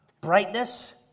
brightness